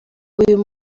uyu